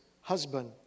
husband